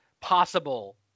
possible